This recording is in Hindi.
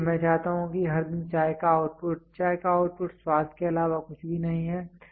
इसलिए मैं चाहता हूं कि हर दिन चाय का आउटपुट चाय का आउटपुट स्वाद के अलावा कुछ नहीं है